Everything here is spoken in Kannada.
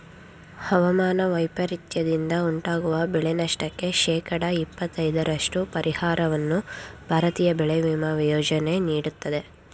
ಹವಾಮಾನ ವೈಪರೀತ್ಯದಿಂದ ಉಂಟಾಗುವ ಬೆಳೆನಷ್ಟಕ್ಕೆ ಶೇಕಡ ಇಪ್ಪತೈದರಷ್ಟು ಪರಿಹಾರವನ್ನು ಭಾರತೀಯ ಬೆಳೆ ವಿಮಾ ಯೋಜನೆ ನೀಡುತ್ತದೆ